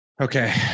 Okay